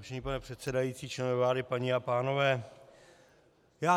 Vážený pane předsedající, členové vlády, paní a pánové,